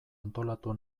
antolatu